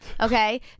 Okay